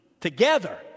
together